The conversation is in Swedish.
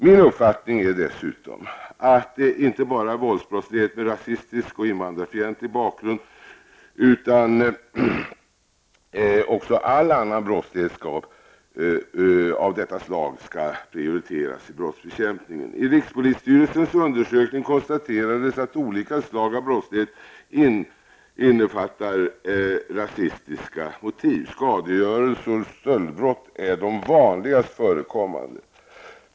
Min uppfattning är dessutom att inte bara våldsbrottslighet med rasistisk och invandrarfientlig bakgrund utan också all annan brottslighet av detta slag skall prioriteras i brottsbekämpningen. I rikspolisstyrelsens undersökning konstaterades att olika slag av brottslighet innefattar rasistiska motiv. Skadegörelse och stöldbrott är de vanligast förekommande.